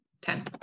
ten